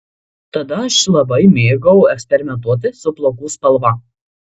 tada aš labai mėgau eksperimentuoti su plaukų spalva